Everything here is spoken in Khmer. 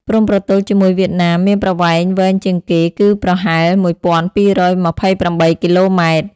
ព្រំប្រទល់ជាមួយវៀតណាមមានប្រវែងវែងជាងគេ គឺប្រហែល ១.២២៨ គីឡូម៉ែត្រ។